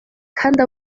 kandi